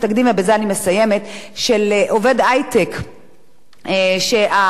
של עובד היי-טק שהחברה שלו פשטה את הרגל,